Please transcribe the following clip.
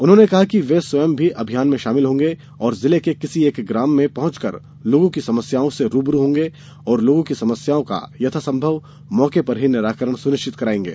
उन्होंने कहा कि वे स्वयं भी अभियान में शामिल होंगे तथा जिले के किसी एक ग्राम में पहुँचकर लोगों की समस्याओं से रूबरू होंगे और लोगों की समस्याओं का यथासंभव मौके पर ही निराकरण सुनिश्चित कराएंगे